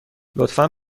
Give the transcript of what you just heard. لطفا